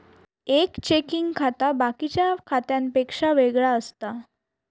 एक चेकिंग खाता बाकिच्या खात्यांपेक्षा वेगळा असता